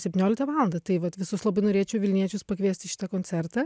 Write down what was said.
septynioliktą valandą tai vat visus labai norėčiau vilniečius pakviest į šitą koncertą